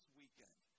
weekend